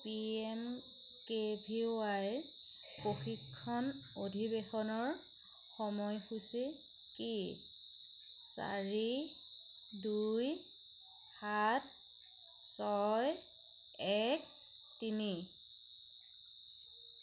P M K V Y প্ৰশিক্ষণ অধিৱেশনৰ সময়সূচী কি চাৰি দুই সাত ছয় এক তিনি